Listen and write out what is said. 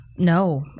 No